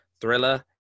thriller